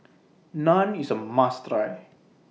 Naan IS A must Try